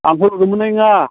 आंखौ लोगो मोननाय नङा